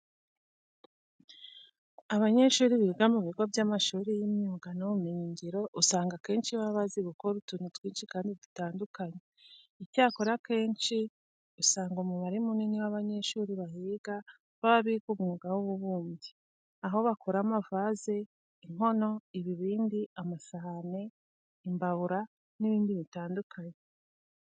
Abanyeshuri biga mu bigo by'amashuri y'imyuga n'ubumenyigiro, usanga akenshi baba bazi gukora utuntu twinshi kandi dutandukanye. Icyakora akenshi usanga umubare munini w'abanyeshuri bahiga baba biga umwuga w'ububumbyi, aho bakora amavaze, inkono, ibibindi, amasahane, imbabura n'ibindi bitandukanye.